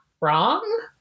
wrong